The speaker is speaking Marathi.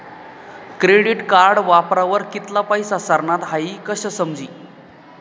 क्रेडिट कार्ड वापरावर कित्ला पैसा सरनात हाई कशं समजी